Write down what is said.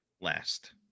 Last